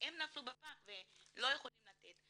שהם נפלו בפח ולא יכולים לתת,